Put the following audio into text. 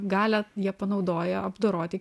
galią jie panaudoja apdoroti